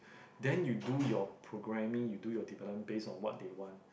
then you do your programming you do your develop based on what they want